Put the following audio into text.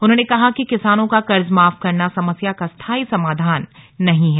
उन्होंने कहा कि किसानों का कर्ज माफ करना समस्या का स्थाई समाधान नहीं है